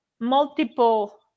multiple